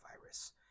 virus